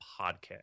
podcast